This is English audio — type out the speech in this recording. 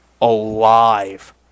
alive